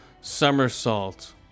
Somersault